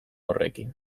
horrekin